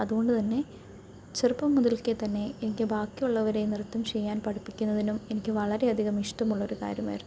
അതു കൊണ്ടു തന്നെ ചെറുപ്പം മുതൽക്കെത്തന്നെ എനിക്ക് ബാക്കി ഉള്ളവരെ നൃത്തം ചെയ്യാൻ പഠിപ്പിക്കുന്നതിനും എനിക്ക് വളരെയധികം ഇഷ്ടമുള്ളൊരു കാര്യമായിരുന്നു